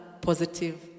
positive